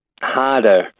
harder